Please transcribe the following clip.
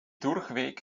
durchweg